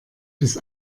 bis